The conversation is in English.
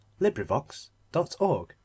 Librivox.org